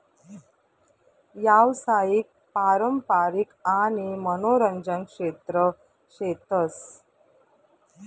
यावसायिक, पारंपारिक आणि मनोरंजन क्षेत्र शेतस